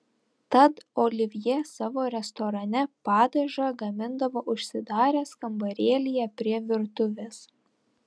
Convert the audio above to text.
tad olivjė savo restorane padažą gamindavo užsidaręs kambarėlyje prie virtuvės